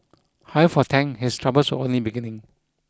however for Tang his troubles were only beginning